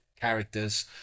characters